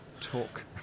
talk